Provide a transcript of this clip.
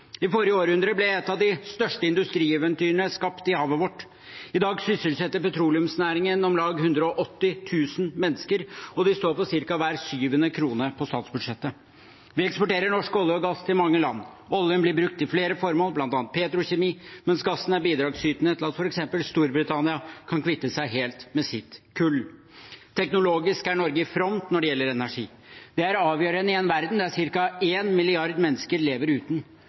I forrige århundre ble et av de største industrieventyrene skapt i havet vårt. I dag sysselsetter petroleumsnæringen om lag 180 000 mennesker, og de står for ca. hver syvende krone på statsbudsjettet. Vi eksporterer norsk olje og gass til mange land. Oljen blir brukt til flere formål, bl.a. petrokjemi, mens gassen er bidragsytende til at f.eks. Storbritannia kan kvitte seg helt med sitt kull. Teknologisk er Norge i front når det gjelder energi. Det er avgjørende i en verden der ca. én milliard mennesker lever uten.